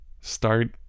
start